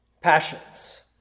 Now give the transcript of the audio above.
passions